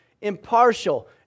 impartial